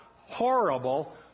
horrible